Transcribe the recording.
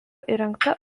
įrengta